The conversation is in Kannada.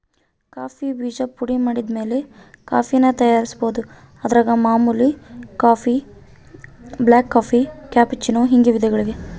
ಕಾಫಿ ಬೀಜ ಪುಡಿಮಾಡಿದಮೇಲೆ ಕಾಫಿನ ತಯಾರಿಸ್ಬೋದು, ಅದರಾಗ ಮಾಮೂಲಿ ಕಾಫಿ, ಬ್ಲಾಕ್ಕಾಫಿ, ಕ್ಯಾಪೆಚ್ಚಿನೋ ಹೀಗೆ ವಿಧಗಳಿವೆ